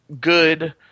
good